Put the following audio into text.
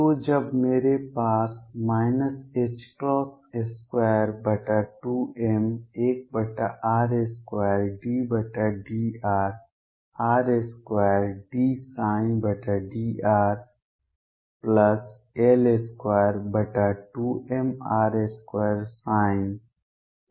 तो जब मेरे पास 22m1r2∂r r2∂ψ∂rL22mr2ψVrψEψ है